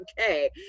okay